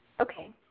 Okay